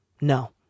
No